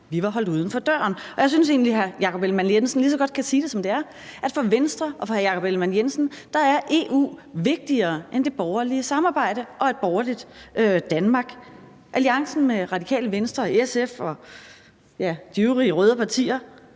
kan sige det, som det er, nemlig at for Venstre og for hr. Jakob Ellemann-Jensen er EU vigtigere end det borgerlige samarbejde og et borgerligt Danmark. Alliancen med Radikale Venstre og SF og de øvrige røde partier